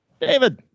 David